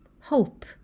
hope